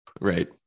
Right